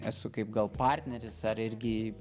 esu kaip gal partneris ar irgi